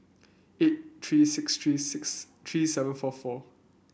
eight three six three six three seven four four